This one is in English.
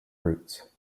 roots